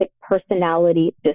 personality